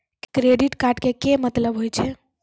Credit card के मतलब होय छै?